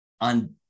on